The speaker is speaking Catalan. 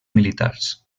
militars